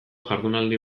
jardunaldi